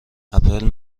اپل